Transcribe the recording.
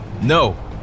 No